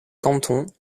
canton